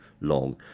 long